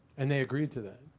and they agreed to that?